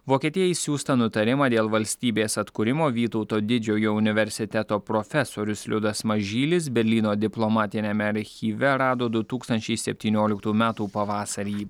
vokietijai siųstą nutarimą dėl valstybės atkūrimo vytauto didžiojo universiteto profesorius liudas mažylis berlyno diplomatiniame archyve rado du tūkstančiai septynioliktų metų pavasarį